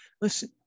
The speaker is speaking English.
Listen